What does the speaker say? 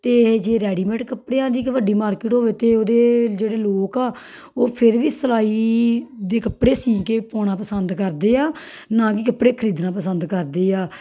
ਅਤੇ ਇਹ ਜੇ ਰੈਡੀਮੇਡ ਕੱਪੜਿਆਂ ਦੀ ਇੱਕ ਵੱਡੀ ਮਾਰਕੀਟ ਹੋਵੇ ਅਤੇ ਉਹਦੇ ਜਿਹੜੇ ਲੋਕ ਆ ਉਹ ਫਿਰ ਵੀ ਸਿਲਾਈ ਦੇ ਕੱਪੜੇ ਸਿਊ ਕੇ ਪਾਉਣਾ ਪਸੰਦ ਕਰਦੇ ਆ ਨਾ ਕਿ ਕੱਪੜੇ ਖਰੀਦਣਾ ਪਸੰਦ ਕਰਦੇ ਆ